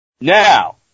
Now